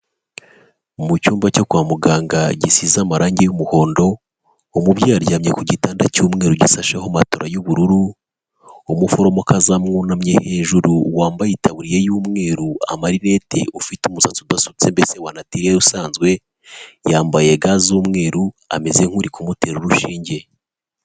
Mu cyumba cyo kwa muganga gisize amarangi y'umuhondo umubyeyi aryamye ku gitanda cy'umweru gisasheho matora y'ubururu umuforomokazi amwunamye hejuru wambaye itaburiya y'umweru amarinette ufite umusatsi udasutse mbese wa natirere usanzwe yambaye gants z'.umweru ameze nk'uri kumutera urushinge.